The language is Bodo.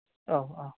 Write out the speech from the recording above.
औ औ